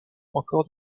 encore